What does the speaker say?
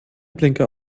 blinker